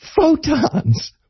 Photons